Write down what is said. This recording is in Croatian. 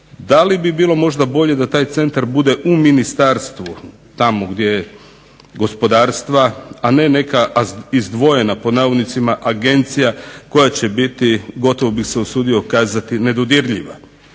Da li bi bilo možda bolje da taj centar bude u Ministarstvu gospodarstva, a ne neka "izdvojena" agencija koja će biti gotovo bih se usudio kazati nedodirljiva.